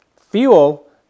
fuel